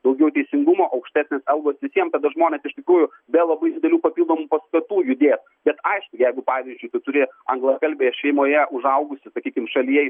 daugiau teisingumo aukštesnės algos visiem tada žmonės iš tikrųjų be labai didelių papildomų paskatų judės bet aišku jeigu pavyzdžiui tu turi anglakalbėje šeimoje užaugusį sakykim šalyje